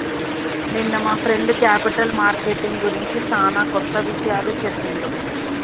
నిన్న మా friend capital marketing గురించి సానా కొత్త విషయాలు చెప్పిండు